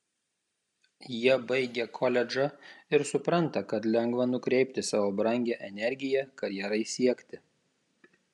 jie baigia koledžą ir supranta kad lengva nukreipti savo brangią energiją karjerai siekti